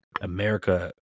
America